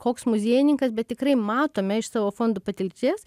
koks muziejininkas bet tikrai matome iš savo fondų patirties